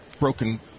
broken